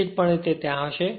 નિશ્ચિતરૂપે તે ત્યાં હશે